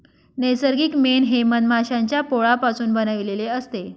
नैसर्गिक मेण हे मधमाश्यांच्या पोळापासून बनविलेले असते